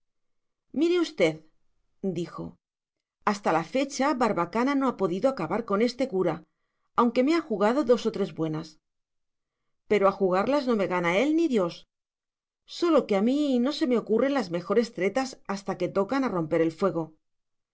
enemigo mire usted dijo hasta la fecha barbacana no ha podido acabar con este cura aunque me ha jugado dos o tres buenas pero a jugarlas no me gana él ni dios sólo que a mí no se me ocurren las mejores tretas hasta que tocan a romper el fuego